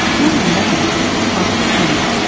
norman wang is part of the team.